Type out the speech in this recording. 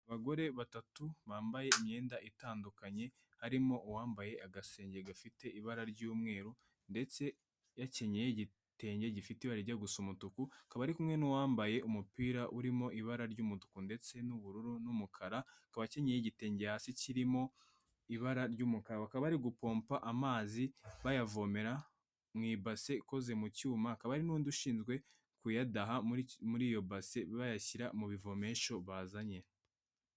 Abagore batatu bambaye imyenda itandukanye, harimo uwambaye agasengeri gafite ibara ry'umweru ndetse yacyenye igitenge gifite ibara rijya gusa umutuku, akaba ari kumwe n'uwambaye umupira urimo ibara ry'umutuku ndetse n'ubururu n'umukara, akaba acyenyeye igitenge hasi kirimo ibara ry'umukara, bakaba bari gupompa amazi bayavomera mu ibase ikoze mu cyuma, hakaba hari n'undi ushinzwe kuyadaha muri iyo base bayashyira mu bivomesho bazanye.